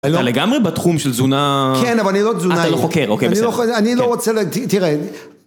אתה לגמרי בתחום של תזונה... כן, אבל אני לא תזונאי. אתה לא חוקר, אוקיי בסדר. אני לא רוצה לה... תראה...